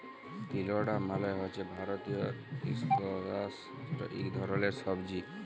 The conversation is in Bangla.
তিলডা মালে হছে ভারতীয় ইস্কয়াশ যেট ইক ধরলের সবজি